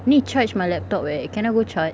need to charge my laptop eh can I go charge